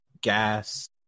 gas